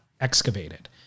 excavated